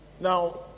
Now